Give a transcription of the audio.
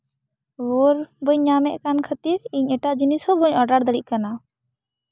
ᱨᱩᱣᱟᱹᱲ ᱵᱟᱹᱧ ᱧᱟᱢᱮᱫ ᱠᱟᱱ ᱠᱷᱟᱹᱛᱤᱨ ᱤᱧ ᱮᱴᱟᱜ ᱡᱤᱱᱤᱥ ᱦᱚᱸ ᱵᱟᱹᱧ ᱚᱰᱟᱨ ᱫᱟᱲᱮᱭᱟᱜ ᱠᱟᱱᱟ